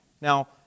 Now